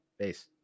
Peace